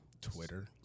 Twitter